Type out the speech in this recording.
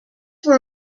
were